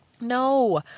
No